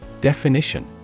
Definition